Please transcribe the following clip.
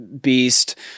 Beast